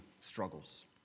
struggles